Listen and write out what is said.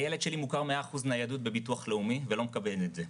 הילד שלי מוכר מאה אחוז ניידות בביטוח לאומי ולא מקבל את זה.